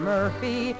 Murphy